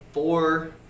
Four